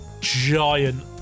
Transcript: giant